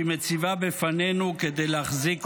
שהיא מציבה בפנינו כדי להחזיק אותה.